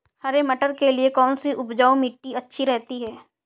हरे मटर के लिए कौन सी उपजाऊ मिट्टी अच्छी रहती है?